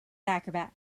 acrobat